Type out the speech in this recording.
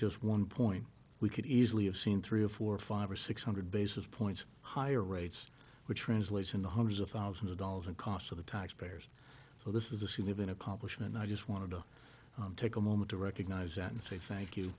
just one point we could easily have seen three or four or five or six hundred basis points higher rates which translates into hundreds of thousands of dollars in costs of the taxpayers so this is a scene of an accomplishment i just want to take a moment to recognize and say thank you